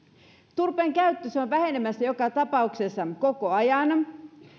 turpeen käyttö on vähenemässä joka tapauksessa koko ajan